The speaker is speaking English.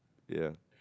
ya